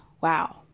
wow